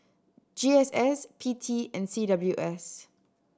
G S S P T and C W S